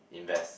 invest